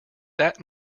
that